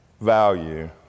value